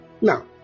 Now